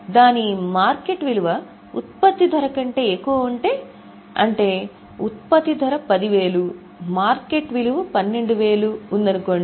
దాని మార్కెట్ విలువ ఉత్పత్తి ధర కంటే ఎక్కువ ఉంటే అంటే ఉత్పత్తి ధర 10000 మార్కెట్ విలువ 12000 ఉందనుకోండి